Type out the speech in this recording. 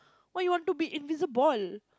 why you want to be invisible